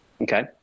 Okay